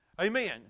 Amen